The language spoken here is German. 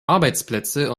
arbeitsplätze